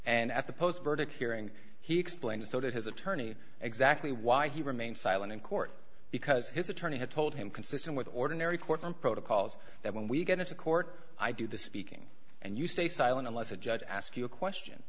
and at the post verdict hearing he explained so to his attorney exactly why he remained silent in court because his attorney had told him consistent with ordinary courtroom protocols that when we get into court i do the speaking and you stay silent unless a judge ask you a question